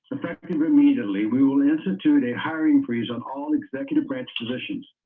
effective immediately, we will institute a hiring freeze of all executive branch positions.